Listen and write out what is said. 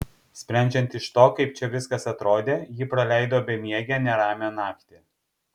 sprendžiant iš to kaip čia viskas atrodė ji praleido bemiegę neramią naktį